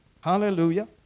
Hallelujah